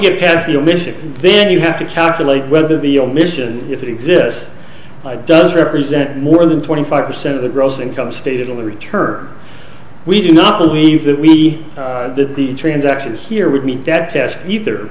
get past your mission then you have to calculate whether the omission if it exists does represent more than twenty five percent of the gross income stated in the return we do not believe that we that the transactions here would meet that test either